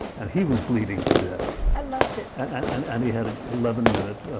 and he was bleeding to death i loved it! and and he had an eleven-minute